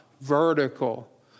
Vertical